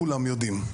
כולם יודעים.